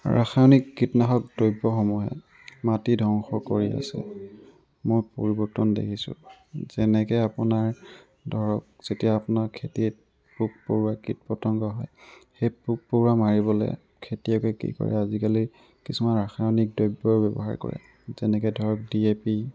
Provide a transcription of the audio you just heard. ৰাসায়নিক কীটনাশক দ্ৰব্যসমূহে মাটি ধ্বংস কৰি আছে মই পৰিৱৰ্তন দেখিছোঁ যেনেকৈ আপোনাৰ ধৰক যেতিয়া আপোনাৰ খেতিত পোক পৰুৱা কীট পতংগ হয় সেই পোক পৰুৱা মাৰিবলৈ খেতিয়কে কি কৰে আজিকালি কিছুমান ৰাসায়নিক দ্ৰব্যৰ ব্যৱহাৰ কৰে যেনেকৈ ধৰক ডি এ পি